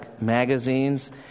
magazines